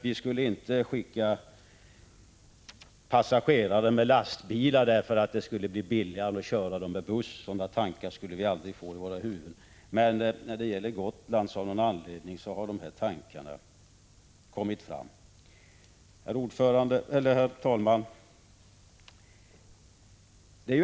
Vi skulle inte skicka passagerare med lastbilar därför att det blir billigare än med buss — sådana tankar skulle vi aldrig komma på. Men när det gäller Gotland har dessa tankar av någon anledning kommit fram. Herr talman!